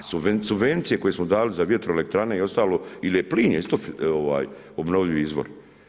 A subvencije koje smo dali za vjetroelektrane i ostalo ili plin je isto obnovljivi izvor.